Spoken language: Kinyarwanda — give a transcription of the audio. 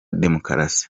demokarasi